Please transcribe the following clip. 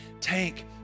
tank